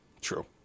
True